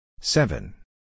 Seven